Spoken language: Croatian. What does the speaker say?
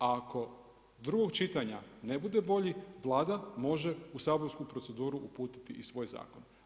Ako drugog čitanja ne bude bolji Vlada može u saborsku proceduru uputiti i svoj zakon.